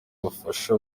bafasha